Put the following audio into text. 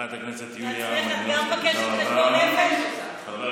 חברת הכנסת יוליה מלינובסקי, תודה רבה.